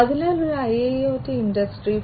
അതിനാൽ ഒരു IIoT industry 4